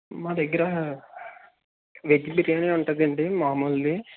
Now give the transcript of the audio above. మా దగ్గర వెజ్ బిర్యానీ ఉంటుందండి మామూలుది